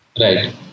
Right